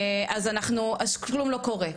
אז כלום לא קורה.